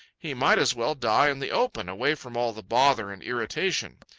he might as well die in the open, away from all the bother and irritation.